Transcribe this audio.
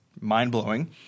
mind-blowing